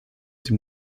dem